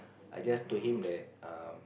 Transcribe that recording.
I just told him that um